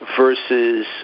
versus